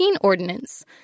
ordinance